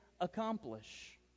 accomplish